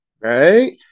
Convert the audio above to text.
right